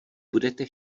budete